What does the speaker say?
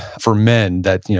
for men, that,